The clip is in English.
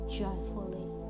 joyfully